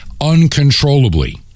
uncontrollably